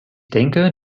denke